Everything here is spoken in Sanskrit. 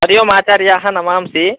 हरिः ओम् आचार्याः नमांसि